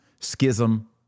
schism